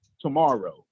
tomorrow